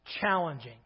challenging